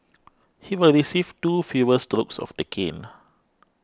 he will receive two fewer strokes of the cane